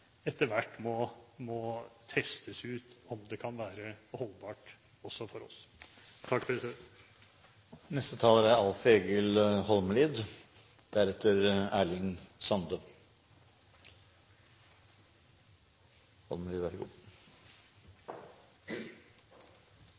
etter hvert må testes ut, og om det kan være holdbart også for oss.